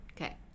Okay